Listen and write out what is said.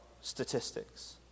statistics